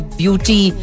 beauty